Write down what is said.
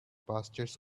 pastures